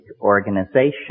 organization